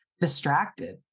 distracted